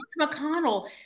McConnell